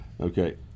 Okay